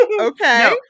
okay